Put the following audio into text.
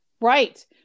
Right